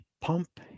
pump